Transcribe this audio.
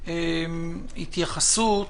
התייחסות